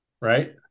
Right